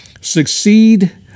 Succeed